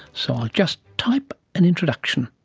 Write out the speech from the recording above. so i'll just type an introduction.